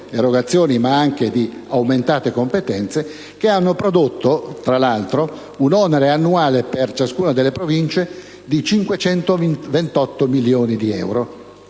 erogazioni, ma anche di aumentate competenze, che hanno prodotto tra l'altro un onere annuale per ciascuna di tali Province di 528 milioni di euro,